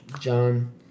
John